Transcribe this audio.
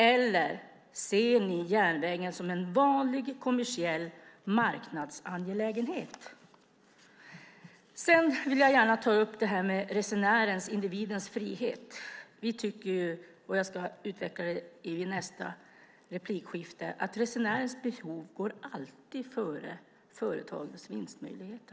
Eller ser ni järnvägen som en vanlig kommersiell marknadsangelägenhet? Jag vill gärna ta upp detta med resenärens och individens frihet, som jag ska utveckla i nästa replik, och att resenärens behov alltid går före företagens vinstmöjligheter.